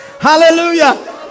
Hallelujah